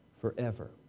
forever